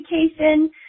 education